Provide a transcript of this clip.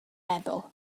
meddwl